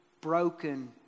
broken